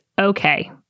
okay